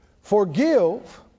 Forgive